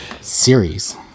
series